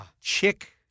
Chick